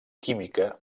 química